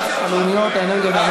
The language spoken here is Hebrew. המזונות האלה ייעלמו,